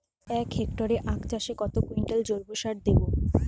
এক হেক্টরে আখ চাষে কত কুইন্টাল জৈবসার দেবো?